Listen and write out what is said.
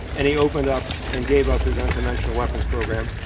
and he opened up and gave up his unconventional weapons program.